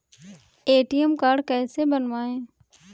ATM card कैसे बनवाएँ?